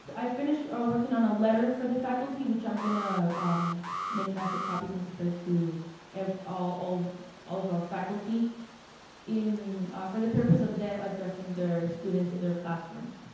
but i finished working on a letter for the faculty which i'm going to make massive copies and disperse to i have all all of our faculty in for the purpose of them addressing their students in their classrooms.